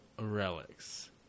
relics